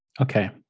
Okay